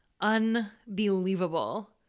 unbelievable